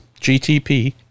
GTP